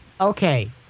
Okay